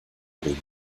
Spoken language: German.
rinde